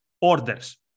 orders